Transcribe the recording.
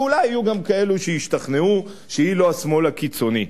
ואולי יהיו גם כאלו שישתכנעו שהיא לא השמאל הקיצוני.